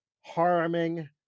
harming